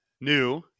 New